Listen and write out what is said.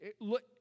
Look